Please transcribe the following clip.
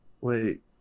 Wait